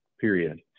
Period